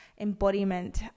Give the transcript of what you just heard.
embodiment